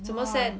怎么 send